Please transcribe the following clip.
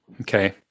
okay